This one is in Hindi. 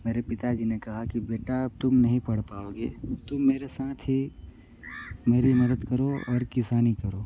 मेरे पिताजी ने कहा की बेटा अब तुम नहीं पढ़ पाओगे तुम मेरे साथ ही मेरी मदद करो और किसानी करो